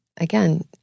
again